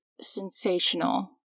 sensational